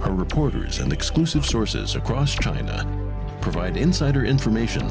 are reporters and exclusive sources across china provide insider information